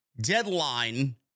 deadline